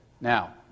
Now